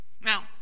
Now